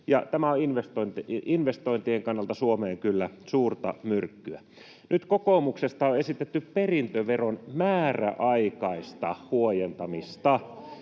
tämä on investointien kannalta Suomeen kyllä suurta myrkkyä. Nyt kokoomuksesta on esitetty perintöveron määräaikaista huojentamista.